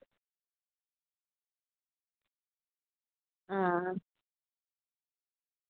आं